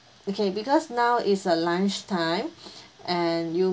okay because now is a lunch time and you